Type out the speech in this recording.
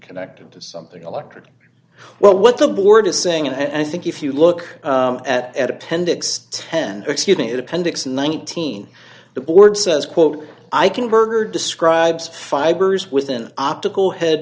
connected to something electric well what the board is saying and i think if you look at appendix ten excuse me at appendix nineteen the board says quote i can berger describes fibers with an optical head